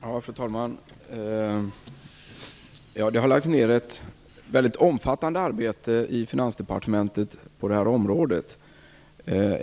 Fru talman! Det har lagts ned ett väldigt omfattande arbete i Finansdepartementet på det här området.